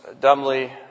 dumbly